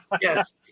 Yes